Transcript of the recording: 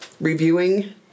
reviewing